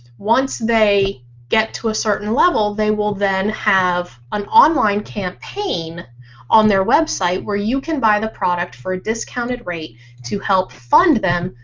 once they get to a certain level they will then have online campaign on their website where you can buy the product for discounted rate to help fund them,